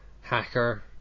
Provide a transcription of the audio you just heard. hacker